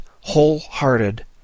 wholehearted